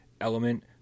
element